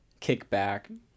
kickback